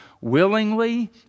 willingly